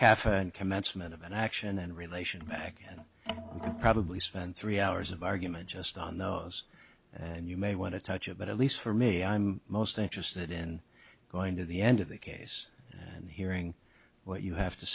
and commencement of action and relation mack and i probably spent three hours of argument just on those and you may want to touch it but at least for me i'm most interested in going to the end of the case and hearing what you have to